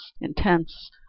intense